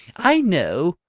i know,